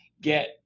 get